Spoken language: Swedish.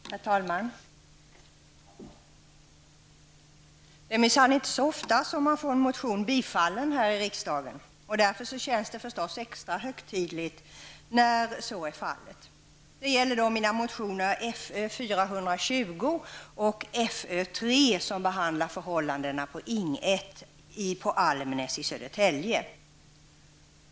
Herr talman! Det är minsann inte så ofta man får en motion bifallen i riksdagen, och därför känns det extra högtidligt när så är fallet. Det gäller mina motioner Fö420 och Fö3 som behandlar förhållandena på Ing 1 på Almnäs i Södertälje.